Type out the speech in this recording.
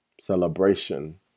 Celebration